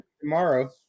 tomorrow